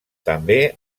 també